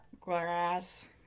grass